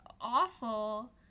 awful